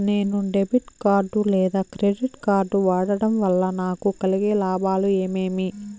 నేను debit card లేదా credit card వాడడం వల్ల నాకు కలిగే లాభాలు ఏమేమీ?